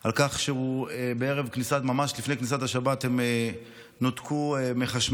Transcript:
על כך שממש לפני כניסת השבת הם נותקו מחשמל.